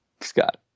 Scott